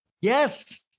Yes